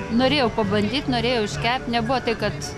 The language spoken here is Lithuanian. norėjau pabandyt norėjau iškept nebuvo tai kad